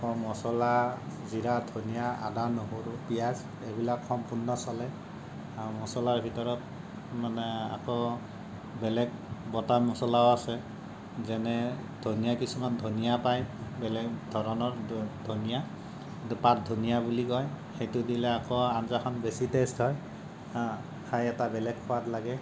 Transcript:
আকৌ মছলা জিৰা ধনীয়া আদা নহৰু পিয়াঁজ এইবিলাক সম্পূৰ্ণ চলে আৰু মছলাৰ ভিতৰত মানে আকৌ বেলেগ বটা মছলাও আছে যেনে ধনীয়া কিছুমান ধনীয়া পায় বেলেগ ধৰণৰ ধ ধনীয়া পাত ধনীয়া বুলি কয় সেইটো দিলে আকৌ আঞ্জাখন বেছি টেস্ট হয় খাই এটা বেলেগ সোৱাদ লাগে